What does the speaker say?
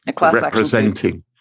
representing